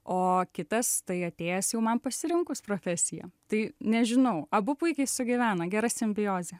o kitas tai atėjęs jau man pasirinkus profesiją tai nežinau abu puikiai sugyvena gera simbiozė